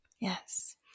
Yes